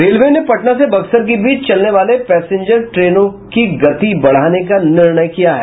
railway ने पटना से बक्सर के बीच चलने वाले पैसेंजर ट्रेनों की गति बढ़ाने का निर्णय किया है